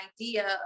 idea